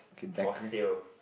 for sale